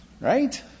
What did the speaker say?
right